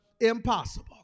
impossible